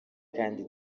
kandi